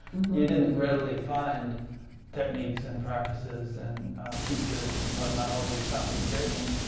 you didn't readily find techniques and practices and teachers and what-not, although you found some great ones,